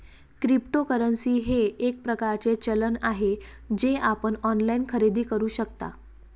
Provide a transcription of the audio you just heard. cryptocurrency हे एक प्रकारचे चलन आहे जे आपण ऑनलाइन खरेदी करू शकता